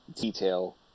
detail